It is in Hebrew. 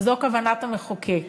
וזו כוונת המחוקק,